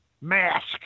Mask